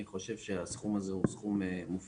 אני חושב שהסכום זה הוא סכום מופקע.